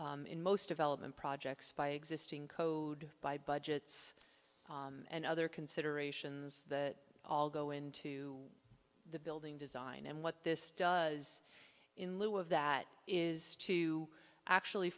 in most developed and projects by existing code by budgets and other considerations that all go into the building design and what this does in lieu of that is to actually